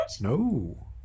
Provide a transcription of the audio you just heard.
No